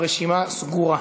הרשימה סגורה.